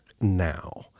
now